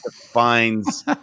defines